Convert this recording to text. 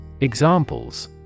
Examples